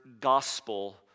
gospel